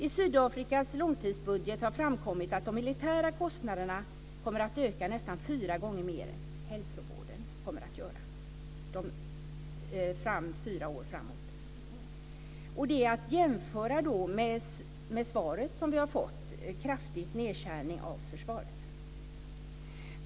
I Sydafrikas långtidsbudget har det framkommit att de militära kostnaderna kommer att öka nästan fyra gånger mer än vad hälsovården kommer att göra fyra år framåt. Det är då att jämföra med det som står i svaret, som vi har fått: en kraftig nedskärning av försvaret.